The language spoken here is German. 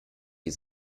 die